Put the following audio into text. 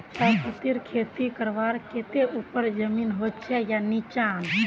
चाय पत्तीर खेती करवार केते ऊपर जमीन होचे या निचान?